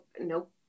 Nope